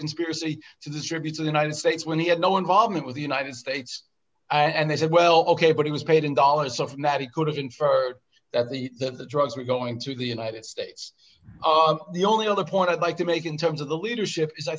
conspiracy to distribute the united states when he had no involvement with the united states and they said well ok but he was paid in dollars something that he could have inferred that the drugs were going to the united states the only other point i'd like to make in terms of the leadership is i